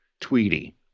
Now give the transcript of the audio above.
Tweety